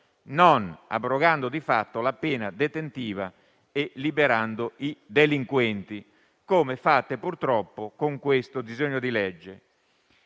non abrogando di fatto la pena detentiva e liberando i delinquenti (come fate purtroppo con questo disegno di legge),